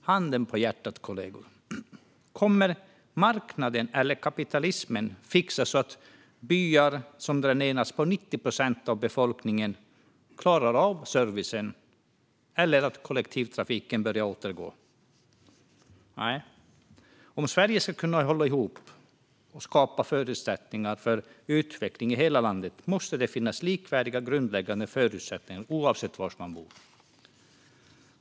Handen på hjärtat kollegor, kommer marknaden eller kapitalismen att fixa så att byar som dränerats på 90 procent av befolkningen klarar servicen eller så att kollektivtrafiken åter börjar gå? Nej, om Sverige ska kunna hålla ihop och skapa förutsättningar för utveckling i hela landet måste det finnas likvärdiga grundläggande förutsättningar oavsett var man bor.